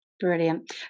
Brilliant